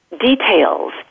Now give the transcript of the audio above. details